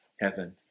heaven